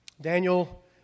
Daniel